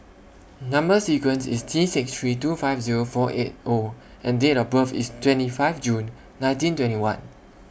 Number sequence IS T six three two five Zero four eight O and Date of birth IS twenty five June nineteen twenty one